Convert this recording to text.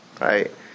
right